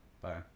Bye